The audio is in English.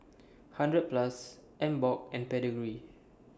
hundred Plus Emborg and Pedigree